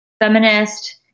feminist